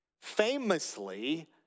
famously